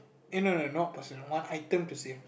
eh no no not person one item to save